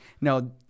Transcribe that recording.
no